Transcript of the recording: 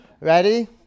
ready